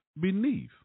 beneath